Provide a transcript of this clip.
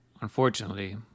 Unfortunately